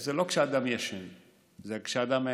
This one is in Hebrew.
הם לא כשהאדם ישן אלא כשהאדם ער.